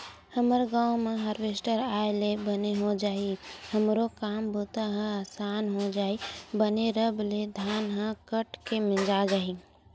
हमर गांव म हारवेस्टर आय ले बने हो जाही हमरो काम बूता ह असान हो जही बने रब ले धान ह कट के मिंजा जाही